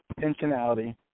intentionality